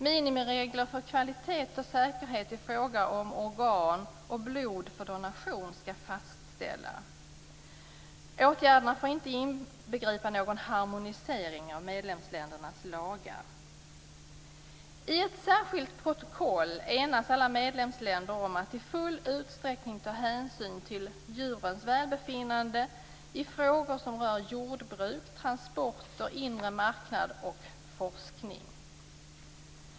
Minimiregler för kvalitet och säkerhet i fråga om organ och blod för donation skall fastställas. Åtgärderna får inte inbegripa någon harmonisering av medlemsländernas lagar. I ett särskilt protokoll enas alla medlemsländer om att fullt ut ta hänsyn till djurens välbefinnande i frågor som rör jordbruk, transporter, inre marknad och forskning.